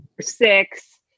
Six